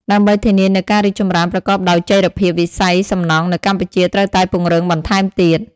ដើម្បីធានានូវការរីកចម្រើនប្រកបដោយចីរភាព វិស័យសំណង់នៅកម្ពុជាត្រូវតែពង្រឹងបន្ថែមទៀត។